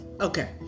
Okay